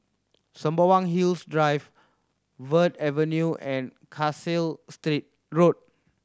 Sembawang Hills Drive Verde Avenue and Kasai State Road